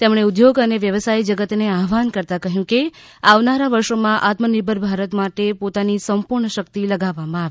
તેમણે ઉદ્યોગ અને વ્યવસાય જગતને આહ્વાન કરતા કહ્યું કે આવનારા વર્ષોમાં આત્મનિર્ભર ભારત માટે પોતાની સંપૂર્ણ શક્તિ લગાવવામાં આવે